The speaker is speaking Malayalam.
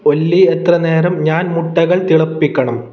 ഒല്ലി എത്ര നേരം ഞാൻ മുട്ടകൾ തിളപ്പിക്കണം